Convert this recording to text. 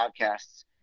podcasts